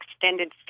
extended